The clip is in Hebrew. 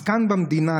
אז כאן במדינה,